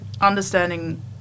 understanding